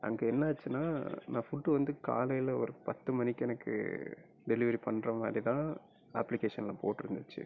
அதுக்கு என்னாச்சினால் நான் ஃபுட்டு வந்து காலையில ஒரு பத்து மணிக்கு எனக்கு டெலிவெரி பண்ணுற மாதிரிதான் அப்ளிகேஷன்ல போட்டிருந்துச்சி